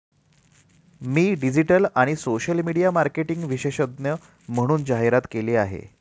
मी digital आणि social media marketing विशेषज्ञ म्हणून जाहिरात केली आहे